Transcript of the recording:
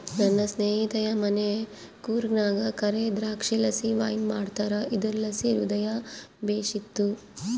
ನನ್ನ ಸ್ನೇಹಿತೆಯ ಮನೆ ಕೂರ್ಗ್ನಾಗ ಕರೇ ದ್ರಾಕ್ಷಿಲಾಸಿ ವೈನ್ ಮಾಡ್ತಾರ ಇದುರ್ಲಾಸಿ ಹೃದಯ ಬೇಶಿತ್ತು